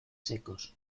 secos